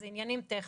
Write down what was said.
אלה עניינים טכניים.